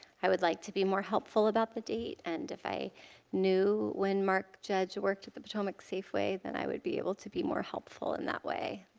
i would like to be more helpful about the date and if i knew when mark judge worked at the potomac safeway, and i would be able to be more helpful in that way.